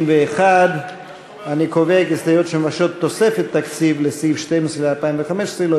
61. אני קובע כי הסתייגויות שמבקשות תוספת תקציב לסעיף 12 ל-2015 לא